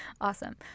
Awesome